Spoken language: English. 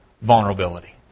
vulnerability